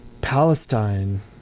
Palestine